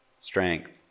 Strength